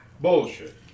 Bullshit